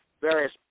various